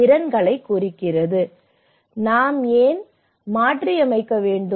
பார் நாம் ஏன் மாற்றியமைக்க வேண்டும்